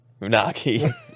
Unagi